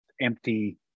empty